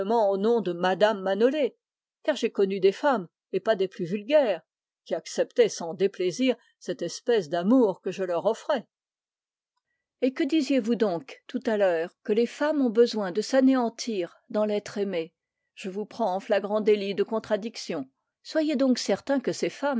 au nom de mme manolé car j'ai connu des femmes et pas des plus vulgaires qui acceptaient sans déplaisir cette espèce d'amour que je leur offrais que disiez-vous donc tout à l'heure que les femmes ont besoin de s'anéantir dans l'être aimé soyez donc certain que ces femmes